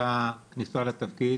ברכות למוסקוביץ' על הכניסה לתפקיד